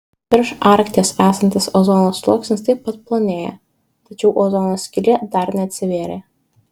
virš arkties esantis ozono sluoksnis taip pat plonėja tačiau ozono skylė dar neatsivėrė